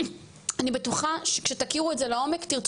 אני בטוחה שכשתכירו את זה לעומק תרצו